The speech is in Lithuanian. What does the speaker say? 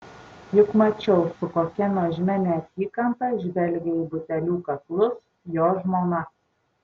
juk mačiau su kokia nuožmia neapykanta žvelgia į butelių kaklus jo žmona